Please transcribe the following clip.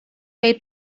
wait